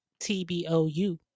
tbou